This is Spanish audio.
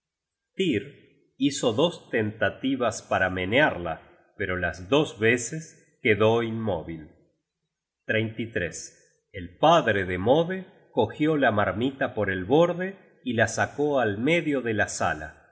hizo dos tentativas para menearla pero las dos veces quedó inmóvil el padre de mode cogió la marmita por el borde y la sacó al medio de la sala